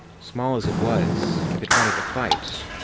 small as it was, if it wanted to fight,